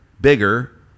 bigger